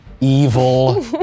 evil